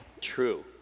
True